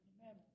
Amen